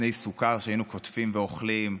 קני סוכר שהיינו קוטפים ואוכלים,